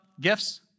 gifts